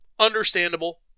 understandable